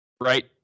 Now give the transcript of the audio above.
right